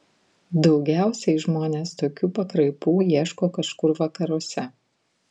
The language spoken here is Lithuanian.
daugiausiai žmonės tokių pakraipų ieško kažkur vakaruose